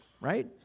right